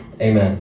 Amen